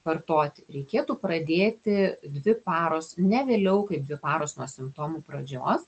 vartoti reikėtų pradėti dvi paros ne vėliau kaip dvi paros nuo simptomų pradžios